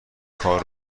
کار